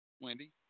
Wendy